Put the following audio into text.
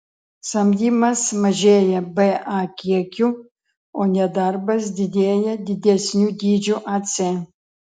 samdymas mažėja ba kiekiu o nedarbas didėja didesniu dydžiu ac